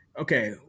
Okay